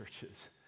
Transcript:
churches